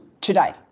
today